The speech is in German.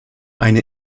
eine